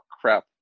crap